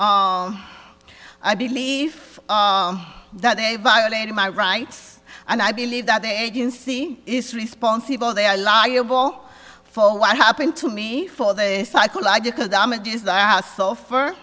me i believe that they violated my rights and i believe that the agency is responsible they are liable for what happened to me for the psychological damage is